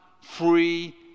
free